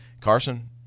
Carson